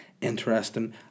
interesting